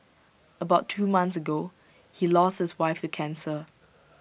about two months ago he lost his wife to cancer